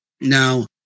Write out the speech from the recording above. Now